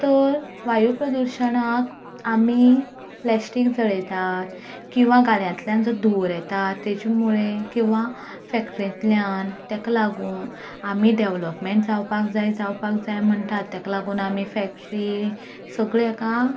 तर वायू प्रदुशणाक आमी प्लाॅस्टीक जळयतात किंवा गाड्यांतल्यान जो धुंवर येता ताजे मुळे किंवा फॅक्ट्रींतल्यान ताका लागून आमी दॅवलॉपमँण जावपाक जाय जावपाक जाय म्हणटात ताका लागून आमी फॅक्ट्री सगळे एका